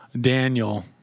Daniel